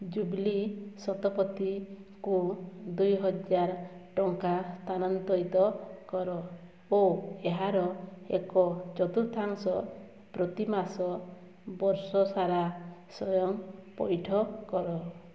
ଜୁବ୍ଲି ଶତପଥୀଙ୍କୁ ଦୁଇହଜାର ଟଙ୍କା ସ୍ଥାନାନ୍ତରିତ କର ଓ ଏହାର ଏକ ଚତୁର୍ଥାଂଶ ପ୍ରତିମାସ ବର୍ଷସାରା ସ୍ଵୟଂ ପଇଠ କର